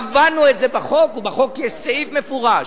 קבענו את זה בחוק, ובחוק יש סעיף מפורש,